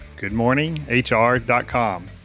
goodmorninghr.com